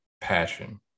passion